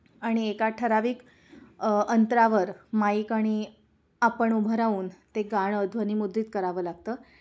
आणि एका ठराविक अंतरावर माईक आणि आपण उभं राहून ते गाणं ध्वनिमुद्रित करावं लागतं